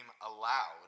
allowed